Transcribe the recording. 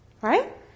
right